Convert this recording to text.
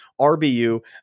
RBU